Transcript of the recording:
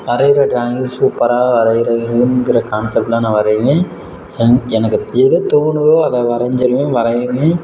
வரைகிற ட்ராயிங் சூப்பராக வரைகிறதுங்குற கான்செப்ட்டில் நான் வரைவேன் என் எனக்கு எது தோணுதோ அதை வரைஞ்சுருவேன் வரைவேன்